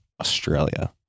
Australia